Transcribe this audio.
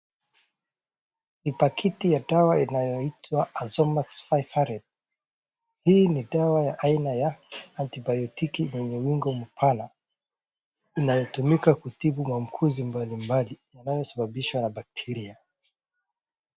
Ni pakiti ya dawa inayoitwa Azomax five hundred . Hii ni dawa ya aina ya anti-baotiki yenye ungo mpana inayotumika kutibu maamkuzi mbalimbali inayosababishwa na bacteria .